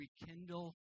rekindle